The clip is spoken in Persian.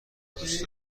دوست